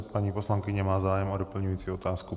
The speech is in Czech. Paní poslankyně má zájem o doplňující otázku.